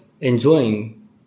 enjoying